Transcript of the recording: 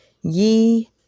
Ye